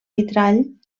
vitrall